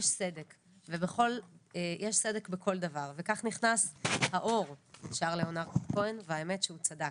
יש סדק בכל דבר וכך נכנס האור שר לאונרד כהן והאמת שהוא צדק,